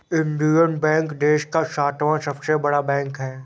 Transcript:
Indian bank देश का सातवां सबसे बड़ा बैंक है